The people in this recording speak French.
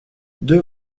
deux